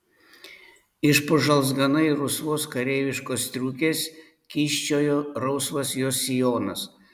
iš po žalzganai rusvos kareiviškos striukės kyščiojo rausvas jos sijonas